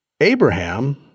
Abraham